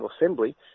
Assembly